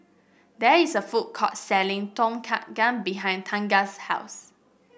there is a food court selling Tom Kha Gai behind Tegan's house